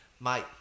mate